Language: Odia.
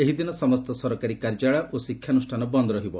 ଏହିଦିନ ସମସ୍ତ ସରକାରୀ କାର୍ଯ୍ୟାଳୟ ଓ ଶିକ୍ଷାନୁଷ୍ଠାନ ବନ୍ଦ ରହିବ